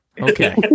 Okay